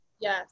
Yes